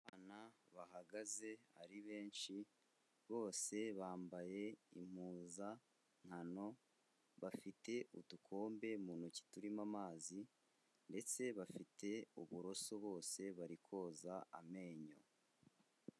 Abana bahagaze ari benshi bose bambaye impuzankano bafite udukombe mu ntoki turimo amazi ndetse bafite uburoso bose bari koza amenyo.